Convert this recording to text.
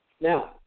Now